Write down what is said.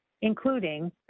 Including